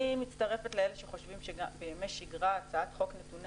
אני מצטרפת לאלה שחושבים שבימי שגרה הצעת חוק נתוני